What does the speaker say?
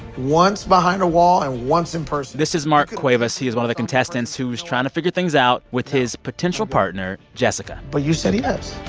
once behind a wall and once in person this is mark cuevas. he is one of the contestants who's trying to figure things out with his potential partner, jessica but you said yes